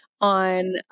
on